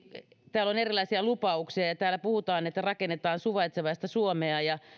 täällä on erilaisia lupauksia ja ja täällä puhutaan että rakennetaan suvaitsevaista suomea